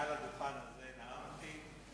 מעל הדוכן הזה נאמתי,